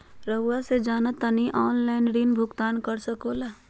रहुआ से जाना तानी ऑनलाइन ऋण भुगतान कर सके ला?